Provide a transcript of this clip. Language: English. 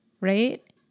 right